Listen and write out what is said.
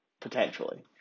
potentially